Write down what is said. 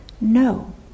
no